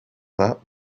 that